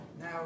Now